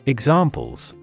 Examples